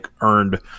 earned